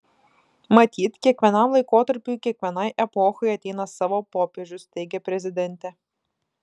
matyt kiekvienam laikotarpiui kiekvienai epochai ateina savo popiežius teigė prezidentė